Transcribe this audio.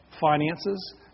finances